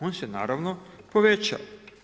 On se naravno povećao.